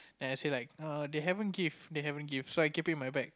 then I say like err they haven't give they haven't give so I keep it in my bag